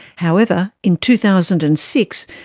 however, in two thousand and six,